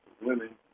women